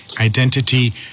identity